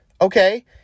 Okay